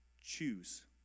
choose